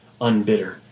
unbitter